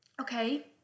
okay